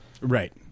Right